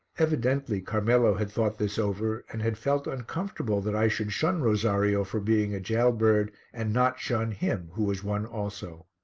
evidently carmelo had thought this over and had felt uncomfortable that i should shun rosario for being a jail-bird and not shun him who was one also.